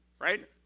right